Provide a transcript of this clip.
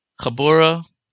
chabura